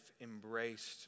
embraced